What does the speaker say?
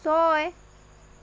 ছয়